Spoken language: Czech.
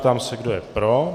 Ptám se, kdo je pro.